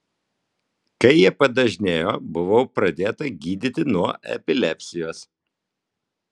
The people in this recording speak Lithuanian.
kai jie padažnėjo buvau pradėta gydyti nuo epilepsijos